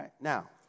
Now